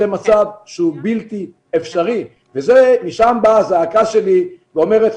זה מצב שהוא בלתי אפשרי ומשם באה הזעקה שלי ואומרת,